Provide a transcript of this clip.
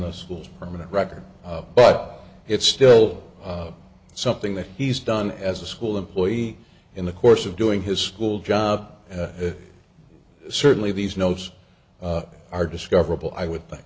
the schools permanent record but it's still something that he's done as a school employee in the course of doing his school job certainly these nodes are discoverable i would think